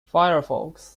firefox